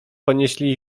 ponieśli